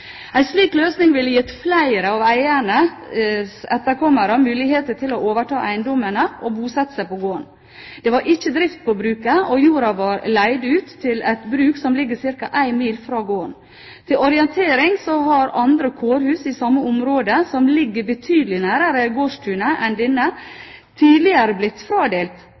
En slik løsning ville gitt flere av eierens etterkommere mulighet til å overta eiendommene og bosette seg på gården. Det var ikke drift på bruket, og jorden var leid ut til et bruk som ligger ca. 1 mil fra gården. Til orientering har andre kårhus i samme område som ligger betydelig nærmere gårdstunet enn dette, tidligere blitt fradelt